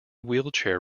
wheelchair